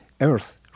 Earth